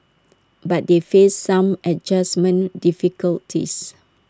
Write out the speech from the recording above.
but they faced some adjustment difficulties